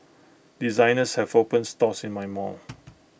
designers have opened stores in my mall